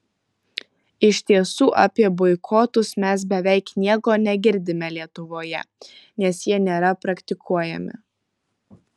iš tiesų apie boikotus mes beveik nieko negirdime lietuvoje nes jie nėra praktikuojami